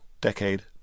decade